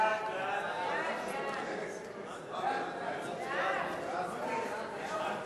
הצעת ועדת הכנסת בדבר חלוקת הצעת חוק המדיניות